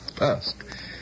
ask